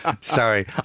Sorry